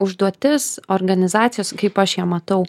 užduotis organizacijos kaip aš ją matau